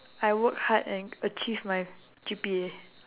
I work hard and achieve my G_P_A